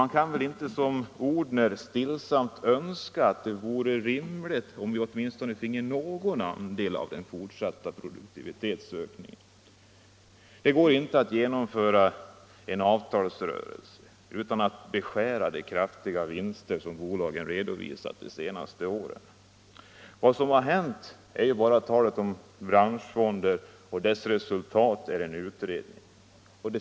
Man kan inte, som Odhner, stillsamt önska att det vore rimligt om vi åtminstone finge någon andel av den fortsatta produktivitetsökningen. Det går inte att genomföra en avtalsrörelse utan att beskära de kraftiga vinster som bolagen redovisat de senaste åren. Vad som har hänt är att talet om branschfonder resulterat i en utredning.